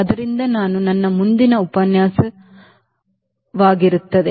ಆದ್ದರಿಂದ ಅದು ನನ್ನ ಮುಂದಿನ ಉಪನ್ಯಾಸವಾಗಿರುತ್ತದೆ